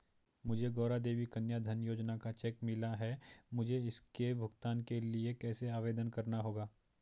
मुझे गौरा देवी कन्या धन योजना का चेक मिला है मुझे इसके भुगतान के लिए कैसे आवेदन करना होगा?